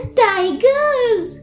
tigers